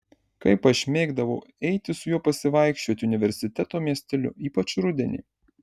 kaip aš mėgdavau eiti su juo pasivaikščioti universiteto miesteliu ypač rudenį